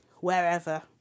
wherever